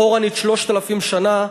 אחורנית 3,000 שנה,